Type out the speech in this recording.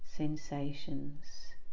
sensations